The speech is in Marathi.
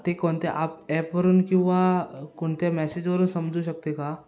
ते कोणत्या आप ॲपवरून किंवा कोणत्या मेसेजवरून समजू शकते का